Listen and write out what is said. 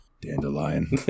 dandelion